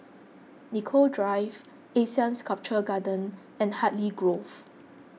Nicoll Drive Asean Sculpture Garden and Hartley Grove